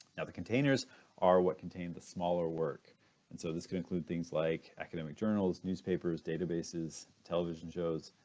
now the containers are what contained the smaller work and so this could include things like academic journals newspapers databases television shows.